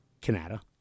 Canada